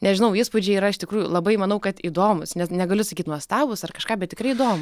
nežinau įspūdžiai yra iš tikrųjų labai manau kad įdomūs net negaliu sakyt nuostabūs ar kažką bet tikrai įdomu